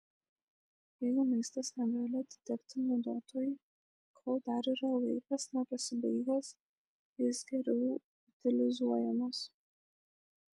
jeigu maistas negali atitekti naudotojui kol dar yra laikas nepasibaigęs jis geriau utilizuojamas